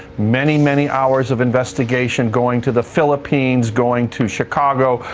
many many hours of investigation going to the philippines, going to chicago,